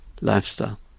lifestyle